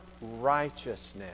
righteousness